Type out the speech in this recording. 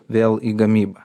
vėl į gamybą